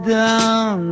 down